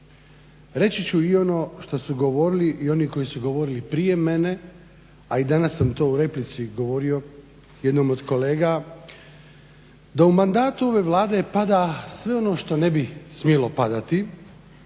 Reći ću i ono što su govorili i oni koji su govorili prije mene, a i dana sam to u replici govorio jednom od kolega da u mandatu ove Vlade pada sve ono što ne bi smjelo padati